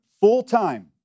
full-time